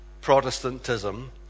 Protestantism